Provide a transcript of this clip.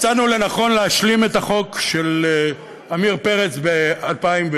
מצאנו לנכון להשלים את החוק של עמיר פרץ מ-2002,